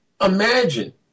imagine